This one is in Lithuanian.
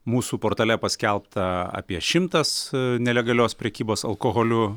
mūsų portale paskelbta apie šimtas nelegalios prekybos alkoholiu